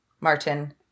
Martin